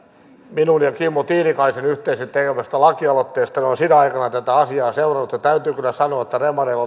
minun ja kimmo tiilikaisen yhdessä tekemästä lakialoitteesta minä olen sinä aikana tätä asiaa seurannut ja täytyy kyllä sanoa että demareilla